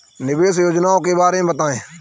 निवेश योजनाओं के बारे में बताएँ?